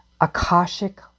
Akashic